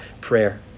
prayer